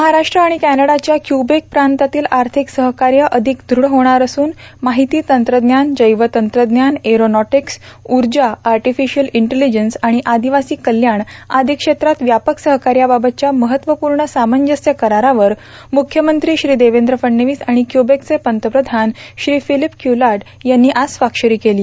महाराष्ट्र आणि कॅनडाच्या क्यूबेक प्रांतातील आर्थिक सहकार्य अधिक द्रढ होणार असून माहिती तंत्रज्ञान जैवतंत्रज्ञान एरोनॉटिक्स उर्जा आर्टिफिशियल इंटिलिजन्स आणि आदिवासी कल्याण आदी क्षेत्रातील व्यापक सहकार्याबाबतच्या महत्वपूर्ण सामंजस्य करारावर मुख्यमंत्री श्री देवेंद्र फडणवीस आणि क्यूबेकचे पंतप्रधान श्री फिलिप क्यूलार्ड यांनी आज स्वाक्षरी केली